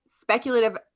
Speculative